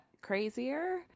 crazier